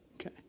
Okay